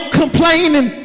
complaining